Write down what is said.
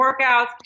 workouts